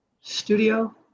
Studio